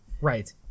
Right